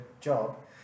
job